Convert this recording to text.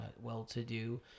well-to-do